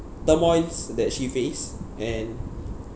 turmoils that she face and